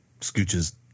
scooches